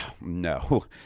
no